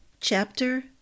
Chapter